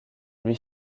lui